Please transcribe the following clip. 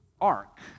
ark